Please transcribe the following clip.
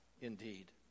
indeed